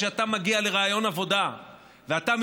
כשאתה מגיע לריאיון עבודה ואתה מילואימניק,